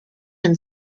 and